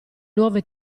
nuove